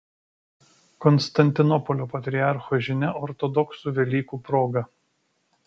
konstantinopolio patriarcho žinia ortodoksų velykų proga